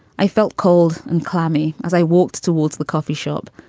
i felt cold and clammy as i walked towards the coffee shop.